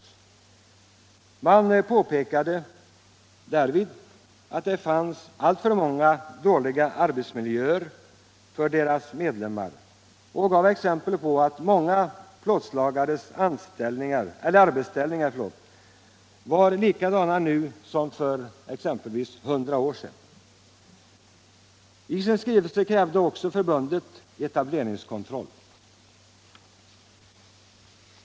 Förbundet påpekade att det fanns alldeles för många dåliga arbetsmiljöer för medlemmarna och gav exempel på att många plåtslagares arbetsställningar var likadana nu som för exempelvis hundra år sedan. I sin skrivelse krävde förbundet också etableringskontroll.